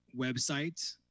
websites